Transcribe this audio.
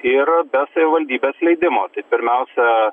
ir be savivaldybės leidimo tai pirmiausia